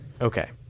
Okay